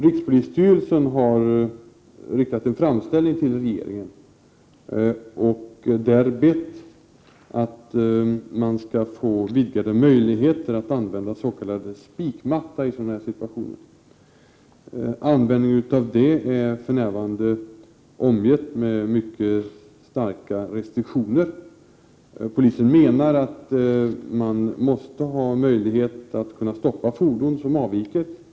Rikspolisstyrelsen har riktat en framställning till regeringen och där bett att man skall få vidgade möjligheter att få använda en s.k. spikmatta i sådana situationer. Användningen av den är för närvarande omgiven med mycket starka restriktioner. Polisen menar att man måste ha möjlighet att kunna stoppa fordon som avviker.